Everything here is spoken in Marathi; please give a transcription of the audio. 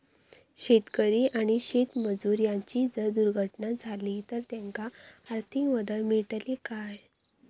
शेतकरी आणि शेतमजूर यांची जर दुर्घटना झाली तर त्यांका आर्थिक मदत मिळतली काय?